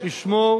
לשמור